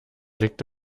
liegt